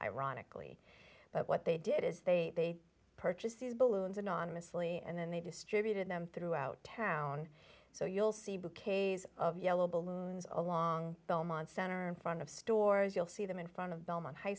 ironically but what they did is they purchased these balloons anonymously and then they distributed them throughout town so you'll see bouquets of yellow balloons along belmont center in front of stores you'll see them in front of belmont high